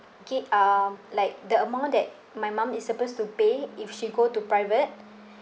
get um like the amount that my mum is supposed to pay if she go to private